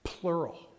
Plural